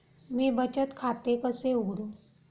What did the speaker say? मी बचत खाते कसे उघडू?